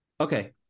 Okay